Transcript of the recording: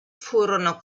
furono